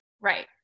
Right